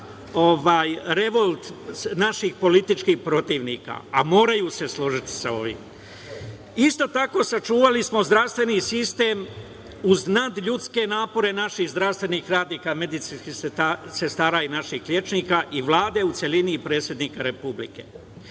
revolt naših političkih protivnika, a moraju se složiti sa ovim. Isto tako, sačuvali smo zdravstveni sistem uz nadljudske napore naših zdravstvenih radnika, medicinskih sestara i naših lekara i Vlade u celini i predsednika Republike,